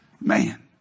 Man